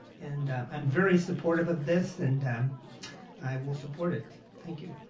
and i'm very supportive of this and i will support it, thank you.